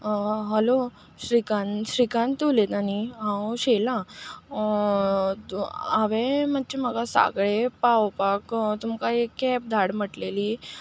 hello Shrikant Shrikant उलयता न्ही हांव शैला हांवें मातशे म्हाका सांकळे पावोवपाक तुमकां एक कॅब धाड म्हटलेली